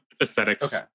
aesthetics